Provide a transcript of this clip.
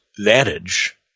Vantage